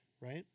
right